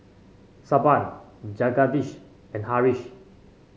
Suppiah Jagadish and Haresh